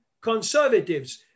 conservatives